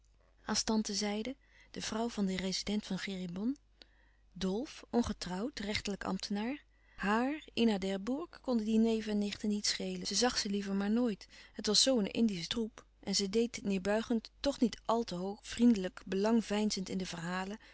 tante zeide de vrouw van den rezident van cheribon dolf ongetrouwd rechterlijk ambtenaar haar ina d'herbourg konden die neven en nichten niets schelen ze zag ze liever maar nooit het was zoo een indische troep en zij deed neêrbuigend toch niet àl te hoog vriendelijk belang veinzend in de verhalen